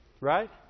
Right